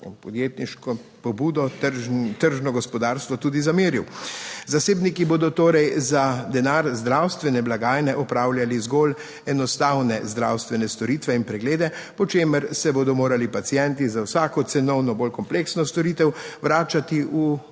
podjetniško pobudo in tržno gospodarstvo tudi zameril? Zasebniki bodo torej za denar zdravstvene blagajne opravljali zgolj enostavne zdravstvene storitve in preglede, po čemer se bodo morali pacienti za vsako cenovno bolj kompleksno storitev vračati v